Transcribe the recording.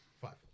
Five